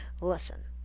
Listen